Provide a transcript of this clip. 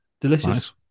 Delicious